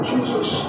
Jesus